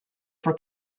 for